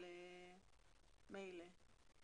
אבל מילא.